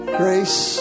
grace